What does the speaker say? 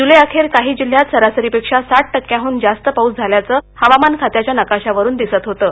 जुलै अखेर काही जिल्ह्यात सरासरीपेक्षा साठ टक्क्यांहन जास्त पाऊस झाल्याचं हवामान खात्याच्या नकाशांवरून दिसत होतं